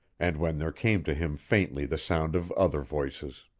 and when there came to him faintly the sound of other voices.